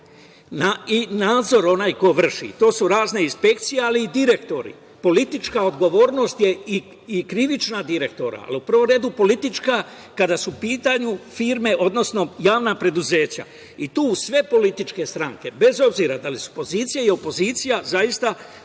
i nadzor onoga ko vrši. To su razne inspekcije, ali i direktori. Politička odgovornost je i krivična direktora, ali u prvom redu politička kada su u pitanju firme, odnosno javna preduzeća i tu sve političke stranke, bez obzira da li su pozicija ili opozicija, zaista